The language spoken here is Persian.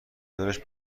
دارش